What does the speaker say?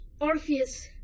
Orpheus